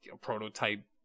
Prototype